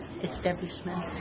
establishment